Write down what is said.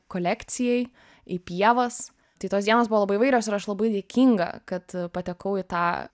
kolekcijai į pievas tai tos dienos buvo labai įvairios ir aš labai dėkinga kad patekau į tą